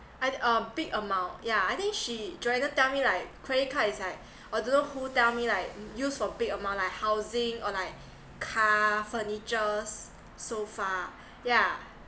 I uh big amount yeah I think joanna tell me like credit card is like I don't know who tell me like use for big amount like housing or like car furnitures sofa yeah